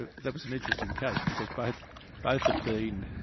ah that was an interesting case, because but both had been